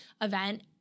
event